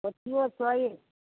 पोठियो सए